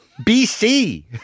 BC